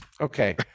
Okay